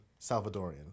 Salvadorian